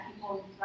people